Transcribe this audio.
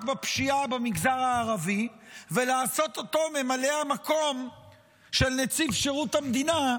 בפשיעה במגזר הערבי ולעשות אותו ממלא המקום של נציב שירות המדינה,